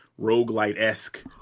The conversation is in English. roguelite-esque